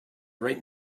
right